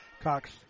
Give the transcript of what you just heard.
Cox